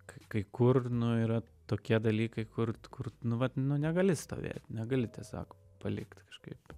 kai kur nu yra tokie dalykai kur kur nu vat nu negali stovėt negali tiesiog palikt kažkaip